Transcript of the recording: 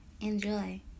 Enjoy